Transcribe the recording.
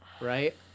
right